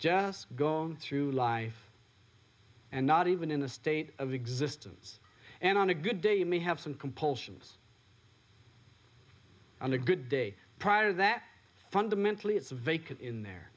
just gone through life and not even in a state of existence and on a good day you may have some compulsions on a good day prior that fundamentally it's vacant in there